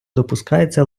допускається